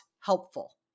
helpful